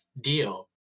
deal